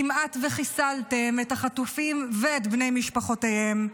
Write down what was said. כמעט וחיסלתם את החטופים ואת בני משפחותיהם,